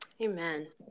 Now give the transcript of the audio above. Amen